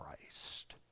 Christ